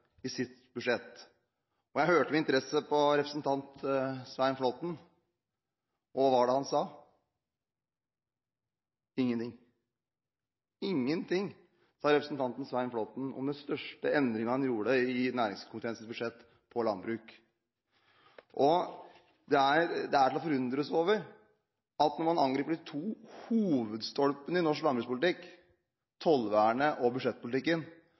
i deres budsjett? Jeg hørte med interesse på representanten Svein Flåtten – og hva var det han sa? Ingenting. Representanten Svein Flåtten sa ingenting om den største endringen man gjorde i næringskomiteens budsjett på landbruk. Det er til å forundres over at når man angriper de to hovedstolpene i norsk landbrukspolitikk, tollvernet og budsjettpolitikken,